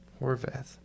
Horvath